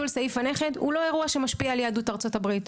סעיף הנכד הוא לא אירוע שמשפיע על יהדות ארצות הברית.